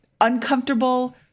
uncomfortable